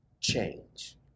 change